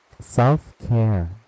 Self-care